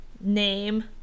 name